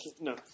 no